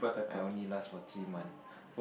I only last for three month